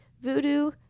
voodoo